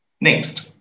Next